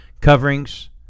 coverings